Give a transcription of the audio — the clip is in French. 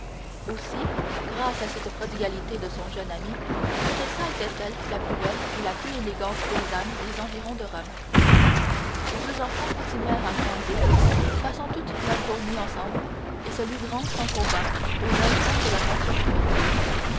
aussi grâce à cette prodigalité de son jeune ami teresa était-elle la plus belle et la plus élégante paysanne des environs de rome les deux enfants continuèrent à grandir passant toutes leurs journées ensemble et se livrant sans combat aux instincts de leur nature primitive